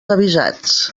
avisats